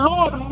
Lord